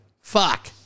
Fuck